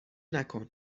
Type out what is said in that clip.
نکن